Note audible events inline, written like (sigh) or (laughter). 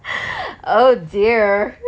(breath) oh dear